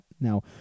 Now